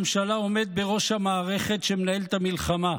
ראש הממשלה עומד בראש המערכת שמנהלת את המלחמה.